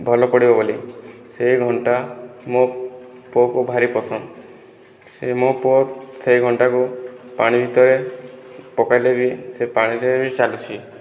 ଭଲ ପଡ଼ିବ ବୋଲି ସେ ଘଣ୍ଟା ମୋ ପୁଅକୁ ଭାରି ପସନ୍ଦ ସେ ମୋ ପୁଅ ସେଇ ଘଣ୍ଟାକୁ ପାଣି ଭିତରେ ପକାଇଲେ ବି ସେ ପାଣିରେ ବି ଚାଲୁଛି